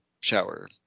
shower